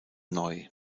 neu